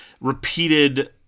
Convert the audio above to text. repeated